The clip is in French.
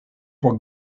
pour